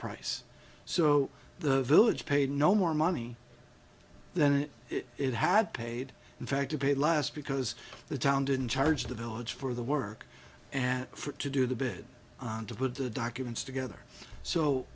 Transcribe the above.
price so the village paid no more money than it had paid in fact it paid less because the town didn't charge the village for the work and for it to do the bid on to put the documents together so